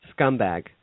scumbag